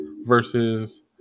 versus